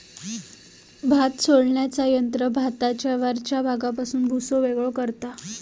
भात सोलण्याचा यंत्र भाताच्या वरच्या भागापासून भुसो वेगळो करता